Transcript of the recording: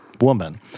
woman